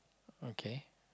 okay